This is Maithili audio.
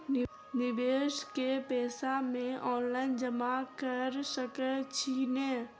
निवेश केँ पैसा मे ऑनलाइन जमा कैर सकै छी नै?